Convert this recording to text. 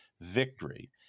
victory